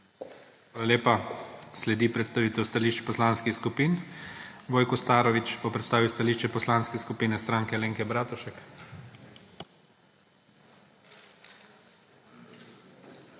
Hvala lepa. Sledi predstavitev stališč poslanskih skupin. Vojko Starović bo predstavil stališče poslanske skupine Stranke Alenke Bratušek.